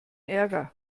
ärger